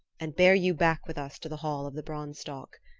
and bear you back with us to the hall of the branstock.